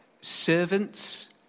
servants